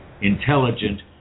intelligent